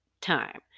time